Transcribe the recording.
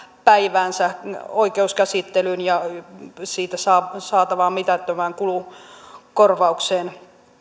päiväänsä oikeuskäsittelyyn siitä saatavan mitättömän kulukorvauksen